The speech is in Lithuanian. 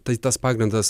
tai tas pagrindas